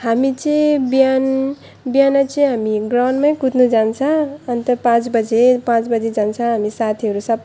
हामी चाहिँ बिहान बिहान चाहिँ हामी ग्राउन्डमै कुद्न जान्छ अन्त पाँच बजे पाँच बजे जान्छ अनि साथीहरू सबै